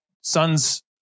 sons